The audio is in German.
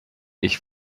ich